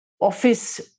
office